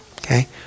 Okay